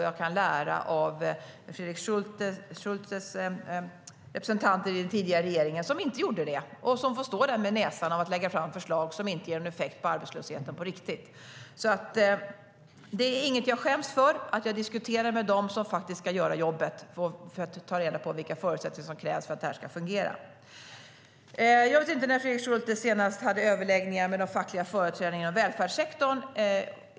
Jag kan lära av Fredrik Schultes representanter i den tidigare regeringen som inte gjorde det och som får stå där med lång näsa efter att ha lagt fram förslag som inte ger någon effekt på arbetslösheten på riktigt. Jag vet inte när Fredrik Schulte senast hade överläggningar med de fackliga företrädarna i välfärdssektorn.